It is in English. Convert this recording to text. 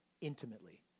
intimately